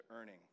earning